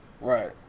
Right